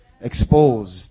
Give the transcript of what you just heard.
exposed